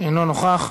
אינו נוכח,